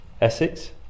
Essex